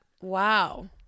Wow